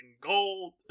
gold